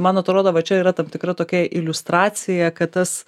man atrodo va čia yra tam tikra tokia iliustracija kad tas